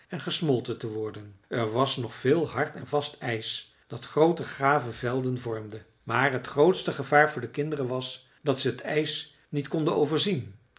en gesmolten te worden er was nog veel hard en vast ijs dat groote gave velden vormde maar het grootste gevaar voor de kinderen was dat ze het ijs niet konden overzien